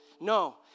No